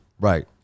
Right